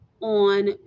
on